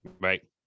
Right